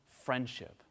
friendship